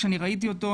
כשאני ראיתי אותו,